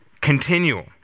continual